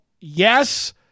yes